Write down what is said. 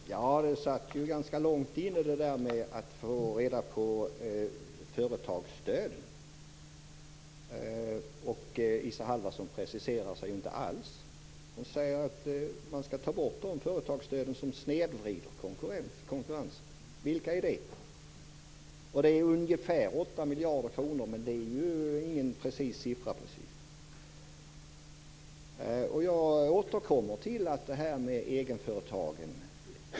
Fru talman! Det satt ganska långt inne att få reda på något om företagsstödet, och Isa Halvarsson preciserar sig inte alls. Hon säger att man skall ta bort de företagsstöd som snedvrider konkurrensen. Vilka är det? Det är ungefär 8 miljarder kronor, men det är ingen exakt siffra precis. Jag återkommer till egenföretagen.